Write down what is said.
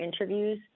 interviews